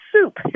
soup